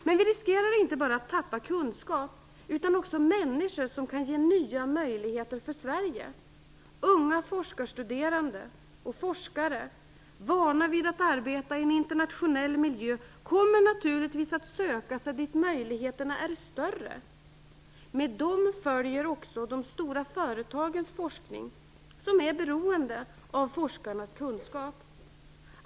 Men vi riskerar inte bara att tappa kunskap utan också människor som kan ge nya möjligheter för Sverige. Unga forskarstuderande och forskare vana vid att arbeta i en internationell miljö kommer naturligtvis att söka sig dit möjligheterna är större. Med dem följer också de stora företagens forskning, som är beroende av forskarnas kunskap.